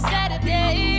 Saturday